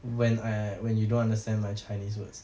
when I when you don't understand my chinese words